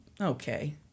Okay